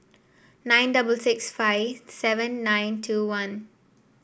nine double six five seven nine two one